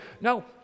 No